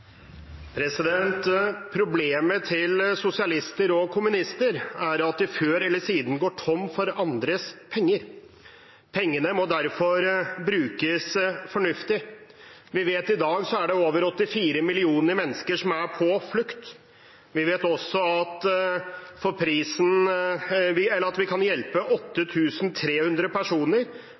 at de før eller siden går tom for andres penger. Pengene må derfor brukes fornuftig. Vi vet at det i dag er over 84 millioner mennesker som er på flukt. Vi vet også at vi kan hjelpe 8 300 personer for